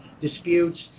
disputes